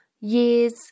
years